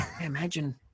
imagine